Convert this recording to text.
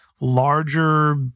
larger